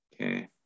Okay